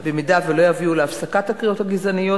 אם הן לא יביאו להפסקת הקריאות הגזעניות,